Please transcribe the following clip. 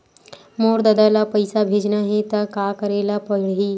मोर ददा ल पईसा भेजना हे त का करे ल पड़हि?